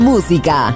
Música